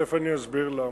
ותיכף אני אסביר למה.